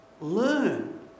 Learn